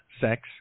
sex